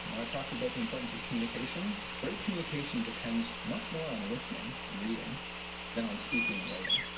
i talked about the importance of communication. great communication depends much more on listening and reading than on speaking and writing.